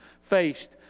faced